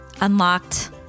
Unlocked